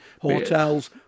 hotels